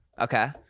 Okay